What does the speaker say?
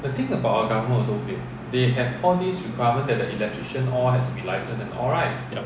yup